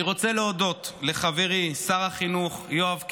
אני רוצה להודות לחברי שר החינוך יואב קיש,